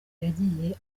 yagiye